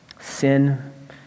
sin